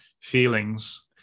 feelings